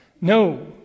No